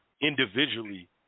individually